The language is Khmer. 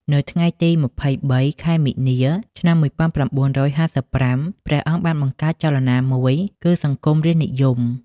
នៅថ្ងៃទី២៣ ខែមីនា ឆ្នាំ១៩៥៥ ព្រះអង្គបានបង្កើតចលនាមួយ គឺ សង្គមរាស្ត្រនិយម។